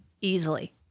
Easily